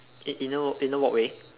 it inner walk inner walkway